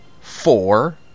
four